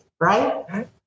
right